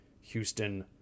Houston